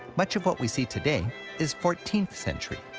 much of what we see today is fourteenth century.